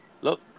look